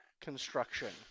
construction